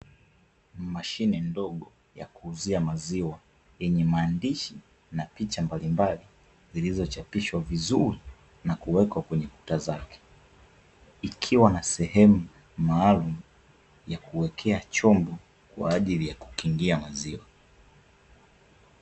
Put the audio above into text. Mashine ndogo ya kuuzia maziwa yenye maandishi na picha mbalimbali zilizochapishwa vizuri na kuwekwa kwenye kuta zake, ikiwa na sehemu maalumu ya kuwekea chombo kwaajili ya kukingia maziwa.